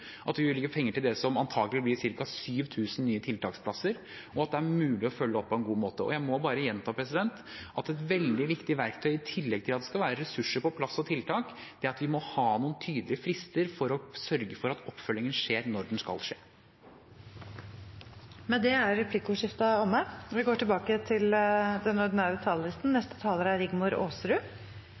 at vi bevilger penger til det som antagelig vil bli 7 000 nye tiltaksplasser, og at det er mulig å følge opp på en god måte. Og jeg må bare gjenta at et veldig viktig verktøy – i tillegg til at det skal være ressurser og tiltak på plass – er å ha noen tydelige frister, for å sørge for at oppfølgingen skjer når den skal skje. Med det er replikkordskiftet omme.